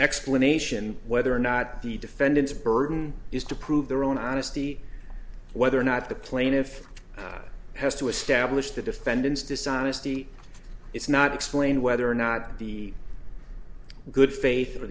explanation whether or not the defendant's burden is to prove their own honesty whether or not the plaintiff has to establish the defendant's dishonesty it's not explained whether or not the good faith or